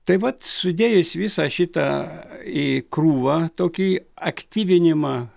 tai vat sudėjus visą šitą į krūvą tokį aktyvinimą